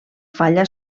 falla